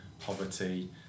poverty